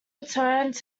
returned